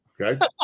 Okay